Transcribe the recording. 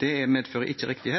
Det medfører ikke